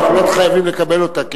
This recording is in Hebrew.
אנחנו לא חייבים לקבל אותה.